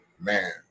Man